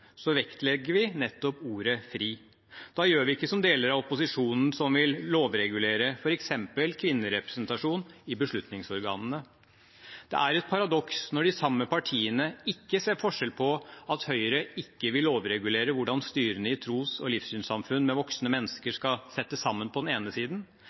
vektlegger vi nettopp ordet «fri». Da gjør vi ikke som deler av opposisjonen, som vil lovregulere f.eks. kvinnerepresentasjon i beslutningsorganene. Det er et paradoks når de samme partiene ikke ser forskjell på at Høyre ikke vil lovregulere hvordan styrene i tros- og livssynssamfunn med voksne mennesker skal settes sammen på den ene siden, mens vi på den andre siden